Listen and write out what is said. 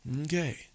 Okay